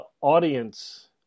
audience